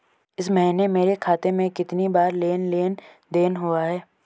इस महीने मेरे खाते में कितनी बार लेन लेन देन हुआ है?